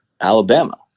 Alabama